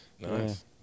nice